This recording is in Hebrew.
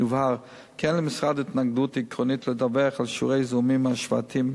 יובהר כי אין למשרד התנגדות עקרונית לדווח על שיעורי זיהומים השוואתיים,